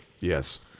yes